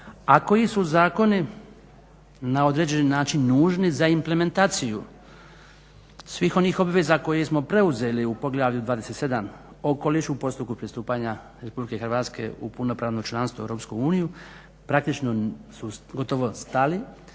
koji su zakoni na određeni način nužni za implementaciju svih onih koje smo preuzeli u poglavlju 27.-Okoliš u postupku pristupanja Republike Hrvatske u punopravno članstvo Europske unije praktično su gotovo stali